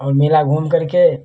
और मेला घूमकर के